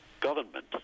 government